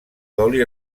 d’oli